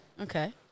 Okay